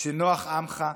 כשנוח, עמך.